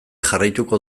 jarraituko